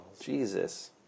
Jesus